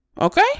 Okay